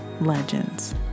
legends